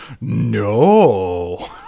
No